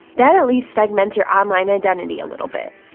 that at least segments your online identity a little bit.